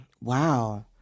Wow